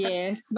Yes